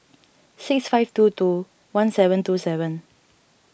six five two two one seven two seven